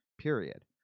period